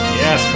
yes